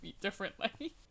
differently